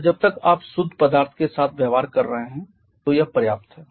और जब तक आप शुद्ध पदार्थ के साथ व्यवहार कर रहे हैं तो यह पर्याप्त है